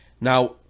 Now